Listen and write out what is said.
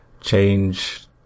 change